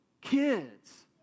kids